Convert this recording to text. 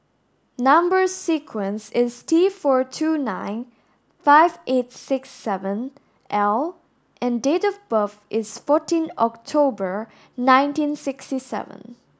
number sequence is T four two nine five eight six seven L and date of birth is fourteen October nineteen sixty seven